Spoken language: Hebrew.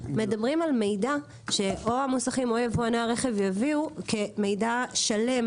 מדברים על מידע שאו המוסכים או יבואני הרכב יביאו כמידע שלם,